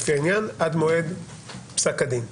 לפי העניין עד מועד פסק הדין.